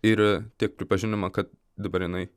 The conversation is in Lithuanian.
ir tiek pripažinimą kad dabar jinai